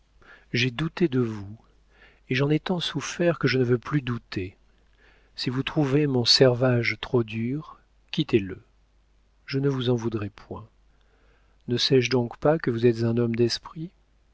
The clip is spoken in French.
j'ai douté de vous et j'en ai tant souffert que je ne veux plus douter si vous trouvez mon servage trop dur quittez le je ne vous en voudrai point ne sais-je donc pas que vous êtes un homme d'esprit